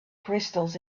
crystals